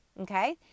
Okay